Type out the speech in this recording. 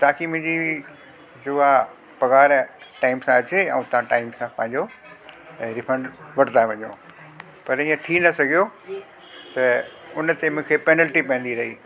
ताकी मुंहिंजी जो आहे पघारु टाइम ते अचे ऐं तव्हां टाइम सां पंहिंजो रीफंड वठंदा वञो पर ईअं थी न सघो त उन ते मूंखे पेनलटी पवंदी रही